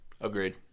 Agreed